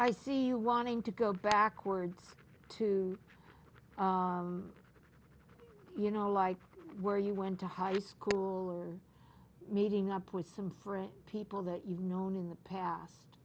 you wanting to go backwards too you know like where you went to high school or meeting up with some friends people that you've known in the past